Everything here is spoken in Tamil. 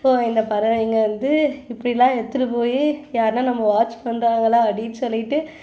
ஓ இந்த பறவைங்கள் வந்து இப்படிலாம் எடுத்துகிட்டு போய் யாருன்னால் நம்மை வாட்ச் பண்ணுறாங்களா அப்படின்னு சொல்லிட்டு